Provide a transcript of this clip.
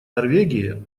норвегии